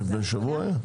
לפני שבועיים, לפני שבוע.